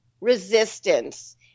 resistance